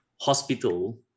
hospital